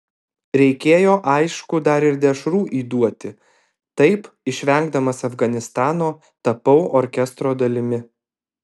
reikėjo aišku dar ir dešrų įduoti taip išvengdamas afganistano tapau orkestro dalimi